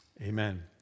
Amen